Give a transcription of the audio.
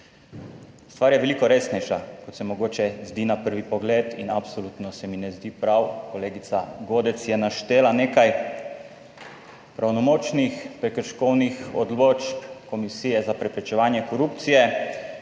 Stvar je veliko resnejša, kot se mogoče zdi na prvi pogled, in absolutno se mi ne zdi prav. Kolegica Godec je naštela nekaj pravnomočnih prekrškovnih odločb Komisije za preprečevanje korupcije.